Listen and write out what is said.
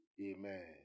Amen